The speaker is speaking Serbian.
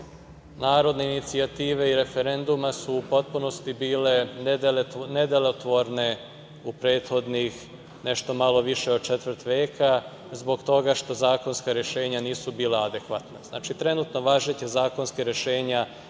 narodne inicijative i referenduma su u potpunosti bile nedelotvorne u prethodnih nešto malo više od četvrt veka zbog toga što zakonska rešenja nisu bila adekvatna. Znači, trenutno važeća zakonska rešenja